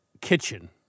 kitchen